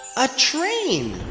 a train!